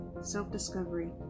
self-discovery